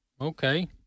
Okay